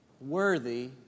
worthy